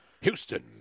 Houston